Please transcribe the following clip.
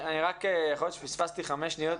אני רק יכול להיות שפספסתי חמש שניות.